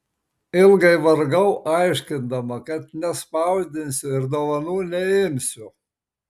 ilgai vargau aiškindama kad nespausdinsiu ir dovanų neimsiu